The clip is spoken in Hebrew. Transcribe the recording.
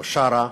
או שרה: